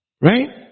Right